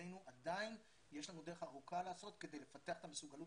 שלצערנו עדיין יש לנו דרך ארוכה לעשות כדי לפתח את המסוגלות